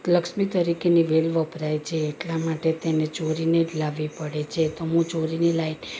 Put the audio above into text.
લક્ષ્મી તરીકેની વેલ વપરાય છે એટલા માટે તેને ચોરીને જ લાવવી પડે છે એ તો હું ચોરીને લાવી